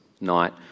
night